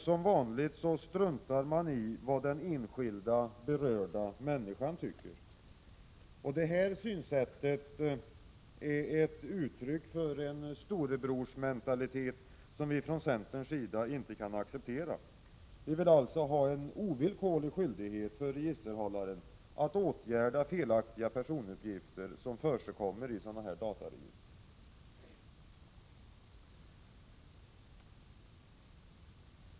Som vanligt struntar man i vad den enskilda, berörda människan tycker. Detta synsätt är ett uttryck för en storebrorsmentalitet, som vi från centerns sida inte kan acceptera. Vi vill alltså ha en ovillkorlig skyldighet för registerhållaren att åtgärda felaktiga personuppgifter som förekommer i ett dataregister.